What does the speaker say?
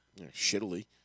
Shittily